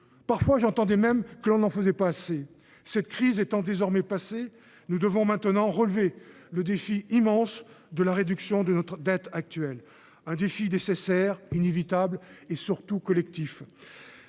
trop ? J’entendais même parfois que nous n’en faisions pas assez. Cette crise étant désormais passée, nous devons maintenant relever le défi immense de la réduction de notre dette actuelle, un défi nécessaire, inévitable et, surtout, collectif.